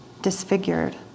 disfigured